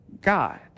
God